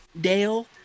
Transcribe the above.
Dale